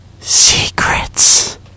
Secrets